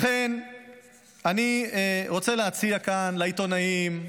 לכן אני רוצה להציע כאן לעיתונאים,